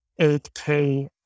8k